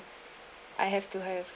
I have to have